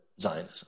Zionism